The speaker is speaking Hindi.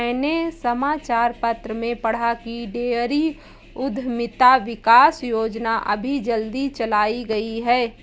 मैंने समाचार पत्र में पढ़ा की डेयरी उधमिता विकास योजना अभी जल्दी चलाई गई है